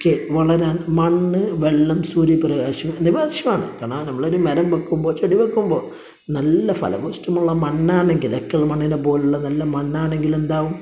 വളരാന് മണ്ണ് വെള്ളം സൂര്യപ്രകാശം എന്നിവ ആവശ്യമാണ് കാരണം നമ്മള് ഒരു മരം വയ്ക്കുമ്പോൾ ചെടി വയ്ക്കുമ്പോൾ നല്ല ഫലഭൂഷ്ടിയുള്ള മണ്ണാണെങ്കിൽ എക്കല് മണ്ണിനെ പോലുള്ള നല്ല മണ്ണാണെങ്കില് എന്താവും